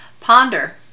ponder